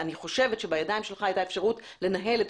אני חושבת שבידיים שלך הייתה אפשרות לנהל את